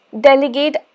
delegate